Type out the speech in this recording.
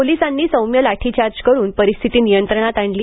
पोलिसांनी सौम्य लाठीचार करून परिस्थिती नियंत्रणात आणली